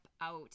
out